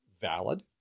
valid